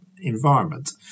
environment